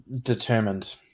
determined